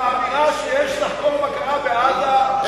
את האמירה שיש לחקור מה קרה בעזה,